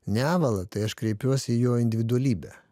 nevala tai aš kreipiuosi į jo individualybę